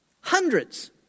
Hundreds